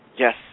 Yes